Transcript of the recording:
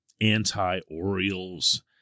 anti-Orioles